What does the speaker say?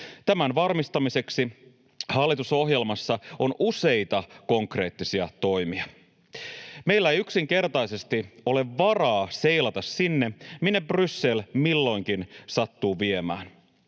Tämän varmistamiseksi hallitusohjelmassa on useita konkreettisia toimia. Meillä ei yksinkertaisesti ole varaa seilata sinne, minne Bryssel milloinkin sattuu viemään.